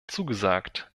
zugesagt